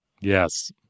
yes